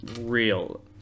real